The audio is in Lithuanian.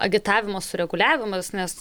agitavimo sureguliavimas nes